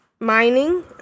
Mining